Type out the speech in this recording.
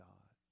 God